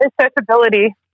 accessibility